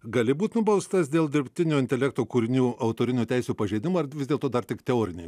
gali būt nubaustas dėl dirbtinio intelekto kūrinių autorinių teisių pažeidimų ar vis dėlto dar tik teorinė